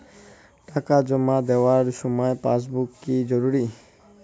টাকা জমা দেবার সময় পাসবুক কি জরুরি?